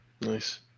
Nice